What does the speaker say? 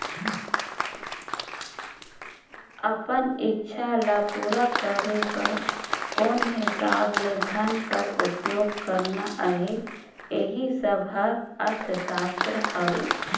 अपन इक्छा ल पूरा करे बर कोन हिसाब ले धन कर उपयोग करना अहे एही सब हर अर्थसास्त्र हवे